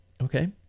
Okay